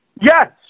Yes